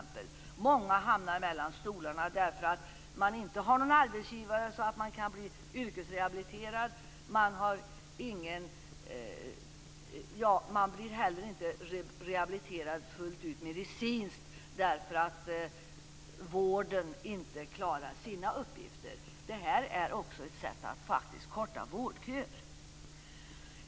Många hamnar mellan stolarna därför att de inte har någon arbetsgivare så att de kan bli yrkesrehabiliterade. Andra blir inte fullt medicinskt rehabiliterade därför att vården inte klarar sina uppgifter. Vårt förslag är också ett sätt att korta vårdköer.